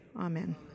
Amen